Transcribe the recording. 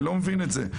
אני לא מבין את זה.